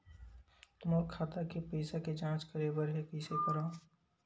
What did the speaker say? मोर खाता के पईसा के जांच करे बर हे, कइसे करंव?